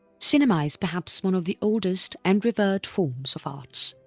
cinema is perhaps one of the oldest and revered forms of arts.